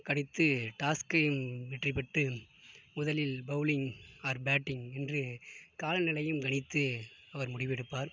கணித்து டாஸ்கை வெற்றி பெற்று முதலில் பௌலிங் ஆர் பேட்டிங் என்று காலநிலையும் கணித்து அவர் முடிவு எடுப்பார்